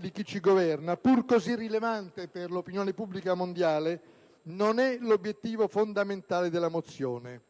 di chi ci governa, pur così rilevante per l'opinione pubblica mondiale, non è l'obiettivo fondamentale della mozione.